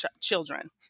children